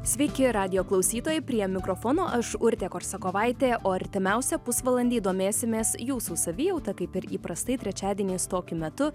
sveiki radijo klausytojai prie mikrofono aš urtė korsakovaitė o artimiausią pusvalandį domėsimės jūsų savijauta kaip ir įprastai trečiadieniais tokiu metu